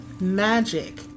magic